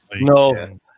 No